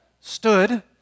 stood